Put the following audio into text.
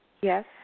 Yes